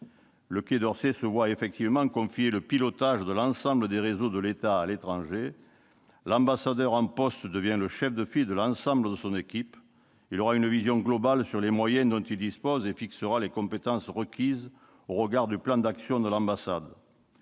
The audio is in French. Le Quai d'Orsay se voit effectivement confier le pilotage de l'ensemble des réseaux de l'État à l'étranger. L'ambassadeur en poste devient le chef de file de l'ensemble de son équipe. Il aura une vision globale sur les moyens dont il dispose et fixera les compétences requises au regard du plan d'action de l'ambassade.